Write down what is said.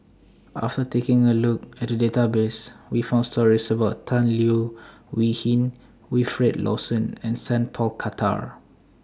after taking A Look At The Database We found stories about Tan Leo Wee Hin Wilfed Lawson and Sat Pal Khattar